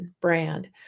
brand